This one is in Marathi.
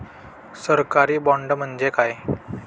सरकारी बाँड म्हणजे काय?